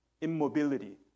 immobility